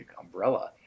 umbrella